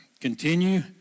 continue